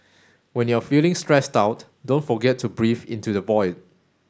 when you are feeling stressed out don't forget to breathe into the void